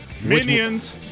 Minions